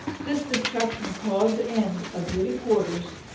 this destruction caused the end of living quarters,